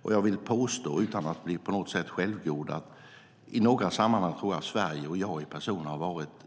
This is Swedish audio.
Utan att vilja framstå som självgod vill jag påstå att i några sammanhang har jag personligen och Sverige varit